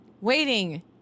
waiting